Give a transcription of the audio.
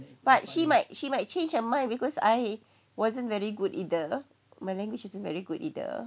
but she might she might change her mind because I wasn't very good either my language isn't very good either